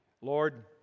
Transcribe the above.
Lord